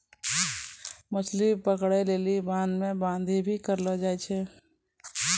मछली पकड़ै लेली बांध मे बांधी भी करलो जाय छै